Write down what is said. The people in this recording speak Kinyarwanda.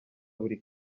buri